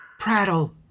Prattle